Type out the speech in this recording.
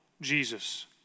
Jesus